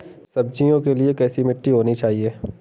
सब्जियों के लिए कैसी मिट्टी होनी चाहिए?